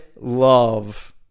love